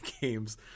games